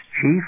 chief